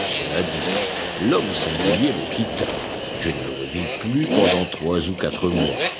cela dit l'homme singulier me quitta je ne le revis plus pendant trois ou quatre mois